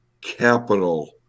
capital